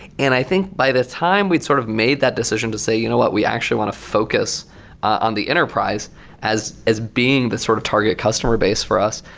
and i think by the time we'd sort of made that decision to say, you know what? we actually want to focus on the enterprise as as being the sort of target customer-based for us.